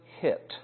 hit